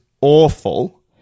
awful